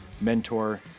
mentor